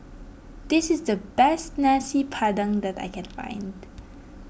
this is the best Nasi Padang that I can find